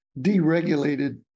deregulated